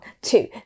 two